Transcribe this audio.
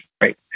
right